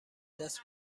دست